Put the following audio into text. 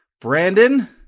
Brandon